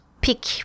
pick